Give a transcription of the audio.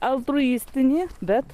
altruistinį bet